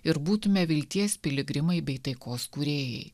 ir būtume vilties piligrimai bei taikos kūrėjai